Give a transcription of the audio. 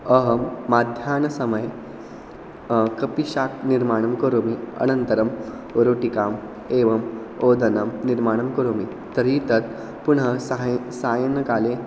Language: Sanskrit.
अहं माध्याह्नसमये कपिशाक् निर्माणं करोमि अनन्तरं रोटिकाम् एवम् ओदनं निर्माणं करोमि तर्हि तत् पुनः सहय् सायाह्नकाले